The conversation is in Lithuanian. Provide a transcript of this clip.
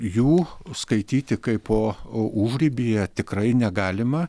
jų užskaityti kaipo užribyje tikrai negalima